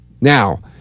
Now